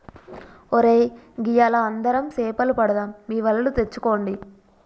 ఒరై గియ్యాల అందరం సేపలు పడదాం మీ వలలు తెచ్చుకోండి